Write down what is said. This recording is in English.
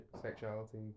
sexuality